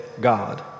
God